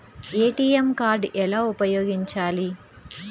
ATM card ఎలా ఉపయోగించాలి?